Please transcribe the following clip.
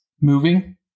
moving